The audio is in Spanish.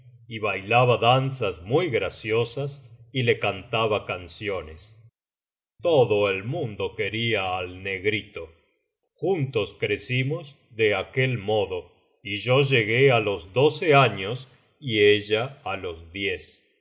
y bailaba danzas muy graciosas y le cantaba canciones todo el mundo quería al negrito juntos crecimos de aquel modo y yo llegué á los doce años y ella á los